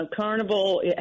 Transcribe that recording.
Carnival